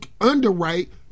underwrite